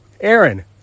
Aaron